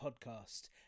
Podcast